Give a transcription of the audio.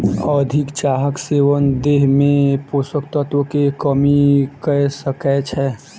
अधिक चाहक सेवन देह में पोषक तत्व के कमी कय सकै छै